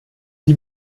die